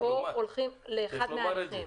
הולכים לאחד מההליכים.